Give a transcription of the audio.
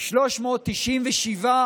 397